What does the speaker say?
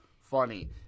funny